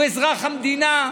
הוא אזרח המדינה.